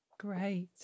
Great